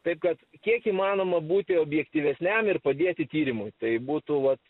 taip kad kiek įmanoma būti objektyvesniam ir padėti tyrimui tai būtų vat